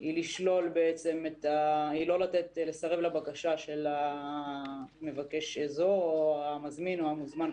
היא לסרב לבקשה של המבקש אזור או המזמין או המוזמן,